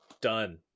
done